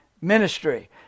ministry